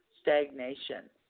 stagnation